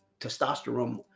testosterone